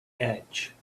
edge